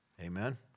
Amen